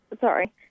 Sorry